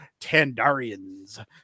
Tandarians